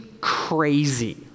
crazy